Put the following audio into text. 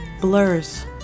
blurs